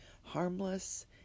Harmless